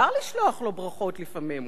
זה לא שאי-אפשר לשלוח לדנקנר ברכות לפעמים,